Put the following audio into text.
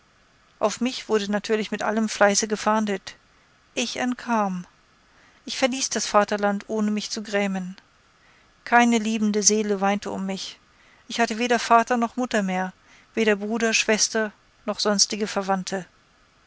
auf mich wurde natürlich mit allem fleiße gefahndet ich entkam ich verließ das vaterland ohne mich zu grämen keine liebende seele weinte um mich ich hatte weder vater noch mutter mehr weder bruder schwester noch sonstige verwandte